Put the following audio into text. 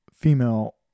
female